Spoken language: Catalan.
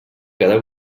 cada